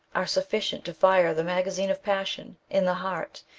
are sufficient to fire the magazine of passion in the heart,